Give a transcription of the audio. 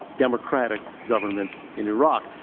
democratic government in iraq.